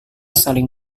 saling